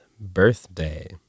birthday